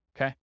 Okay